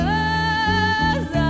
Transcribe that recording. Cause